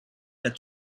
that